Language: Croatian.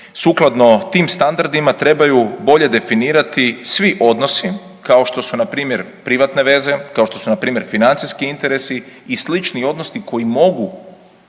sukladno tim standardima trebaju bolje definirati svi odnosi kao što su npr. privatne veze, kao što su npr. financijski interesi i slični odnosi koji mogu